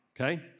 okay